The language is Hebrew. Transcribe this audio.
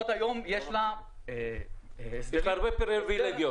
להוט יש הרבה פריבילגיות.